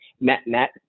net-net